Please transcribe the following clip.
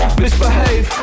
misbehave